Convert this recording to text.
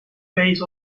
face